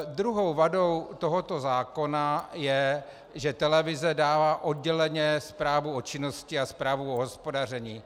Druhou vadou tohoto zákona je, že televize dává odděleně zprávu o činnosti a zprávu o hospodaření.